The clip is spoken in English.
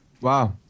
Wow